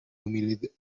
humilde